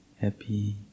happy